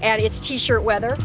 and it's t shirt whether